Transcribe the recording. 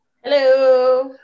Hello